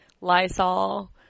Lysol